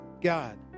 God